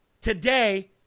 today